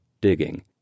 digging